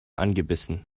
angebissen